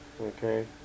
Okay